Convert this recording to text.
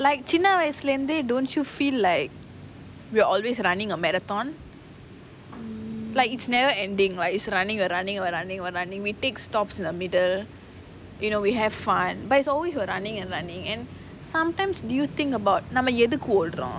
like சின்ன வயசுலேந்தே:chinna vayasulanthae don't you feel like we are always running a marathon like it's never ending [what] it's running running running running we take stops in the middle you know we have fun but it's always we're running running and sometimes do you think about நம்ம எதுக்கு ஓடுறோம்:namma ethuku odurom